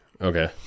okay